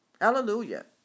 Hallelujah